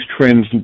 trends